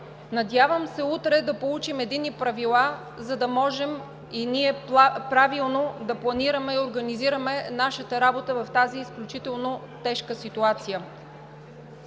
Надявам се утре да получим единни правила, за да можем и ние правилно да планираме и организираме нашата работа в тази изключително тежка ситуация.